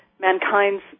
mankind's